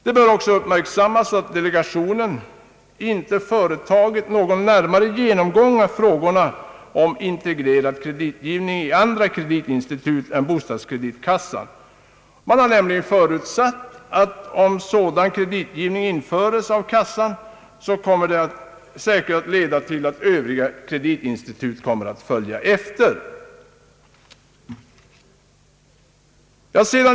Det bör också uppmärksammas att delegationen inte företagit någon närmare genomgång av frågorna om integrerad kreditgivning i andra kreditinstitut än bostadskreditkassan. Delegationen har nämligen förutsatt att om sådan kreditgivning införes av kassan, så kommer det säkert att leda till att övriga kreditinstitut följer efter.